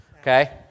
okay